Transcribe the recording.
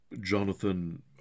Jonathan